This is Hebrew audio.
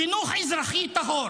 חינוך אזרחי טהור,